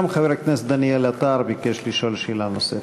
גם חבר הכנסת דניאל עטר ביקש לשאול שאלה נוספת.